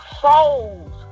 souls